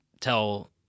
tell